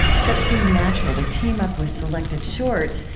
so it seemed natural to team up with selected shorts,